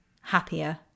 happier